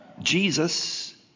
Jesus